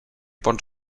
bons